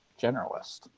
generalist